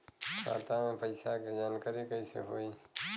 खाता मे पैसा के जानकारी कइसे होई?